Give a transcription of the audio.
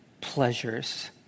pleasures